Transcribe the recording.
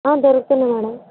దొరుకుతుంది మేడమ్